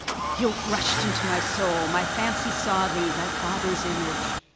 guilt rushed into my soul, my fancy saw thee thy father's image.